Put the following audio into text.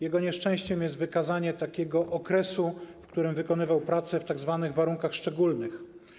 Jego nieszczęściem jest wykazanie takiego okresu, w którym wykonywał pracę w tzw. warunkach szczególnych.